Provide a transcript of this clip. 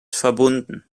verbunden